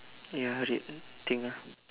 ya red thing ah